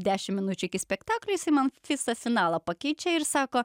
dešim minučių iki spektaklio jisai man visą finalą pakeičia ir sako